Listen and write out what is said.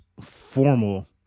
formal